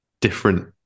different